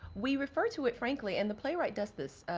we refer to it frankly, and the play write does this,